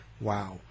Wow